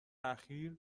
اخیر